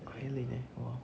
island eh !wow!